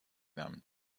them